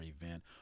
event